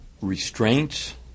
restraints